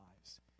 lives